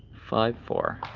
five four